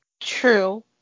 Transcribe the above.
True